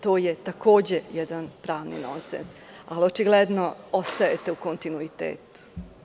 To je takođe jedan pravni nonses, ali očigledno ostajete u kontinuitetu.